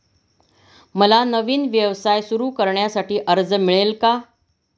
मला नवीन व्यवसाय सुरू करण्यासाठी कर्ज मिळेल का?